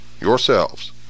yourselves